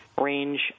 range